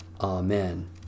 Amen